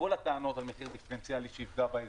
כל הטענות על מחיר דיפרנציאלי שיפגע באזרחים,